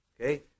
Okay